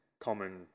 common